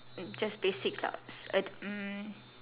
just basic stuff I um